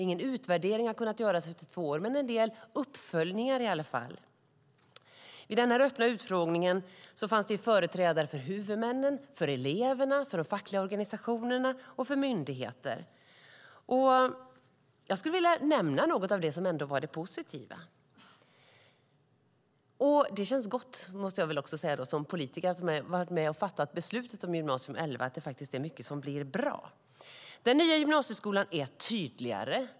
Ingen utvärdering har kunnat göras efter två år, men en del uppföljningar har i alla fall gjorts. I den öppna utfrågningen fanns det företrädare för huvudmän, för elever, för fackliga organisationer och för myndigheter. Jag skulle vilja nämna något av det som ändå var det positiva. Och det känns gott, måste jag väl också säga, när man som politiker har varit med och fattat beslutet om Gymnasium 2011 att det faktiskt är mycket som blir bra. Den nya gymnasieskolan är tydligare.